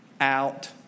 out